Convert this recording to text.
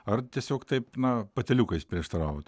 ar tiesiog taip na patyliukais prieštaravot